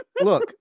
Look